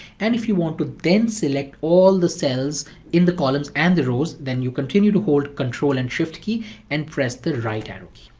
and if you want to then select all the cells in the columns and the rows, then you continue to hold control and shift key and press the right arrow key.